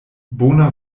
bona